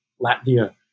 Latvia